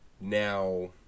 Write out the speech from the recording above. Now